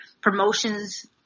promotions